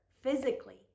physically